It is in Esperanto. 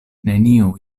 neniu